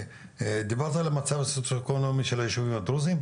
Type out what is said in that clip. דיברנו על המצב הסוציו אקונומי של הישובים הדרוזים,